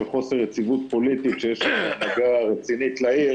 חוסר יציבות פוליטית שיש שם בצורה רצינית לעיר